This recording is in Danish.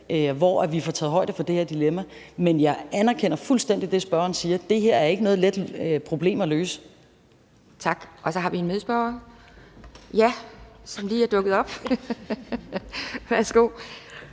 hvor vi får taget højde for det her dilemma. Men jeg anerkender fuldstændig det, spørgeren siger. Der her er ikke noget let problem at løse. Kl. 13:46 Anden næstformand (Pia Kjærsgaard): Tak.